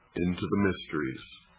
into the mysteries.